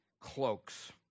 cloaks